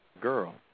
girl